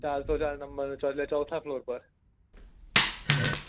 ચારસો ચાર નંબર એટલે ચોથા ફ્લોર ઉપર